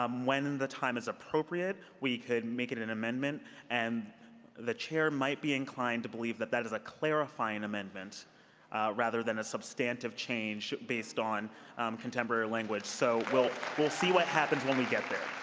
um when and the time is appropriate, we could make it it an amendment and the chair might be inclined to believe that that is a clarifying amendment rather than a substantive change based on contemporary language. so we'll we'll see what happens when we get there.